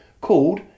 called